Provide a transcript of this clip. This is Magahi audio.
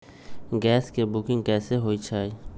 गैस के बुकिंग कैसे होईछई?